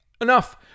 Enough